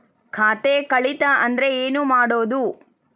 ಖಾತೆ ಕಳಿತ ಅಂದ್ರೆ ಏನು ಮಾಡೋದು?